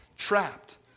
Trapped